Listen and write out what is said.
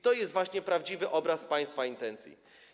To jest właśnie prawdziwy obraz państwa intencji.